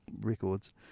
records